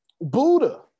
Buddha